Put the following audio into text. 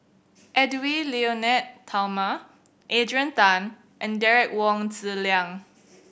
Edwy Lyonet Talma Adrian Tan and Derek Wong Zi Liang